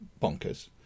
bonkers